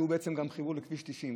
שהוא בעצם גם חיבור לכביש 90,